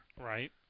Right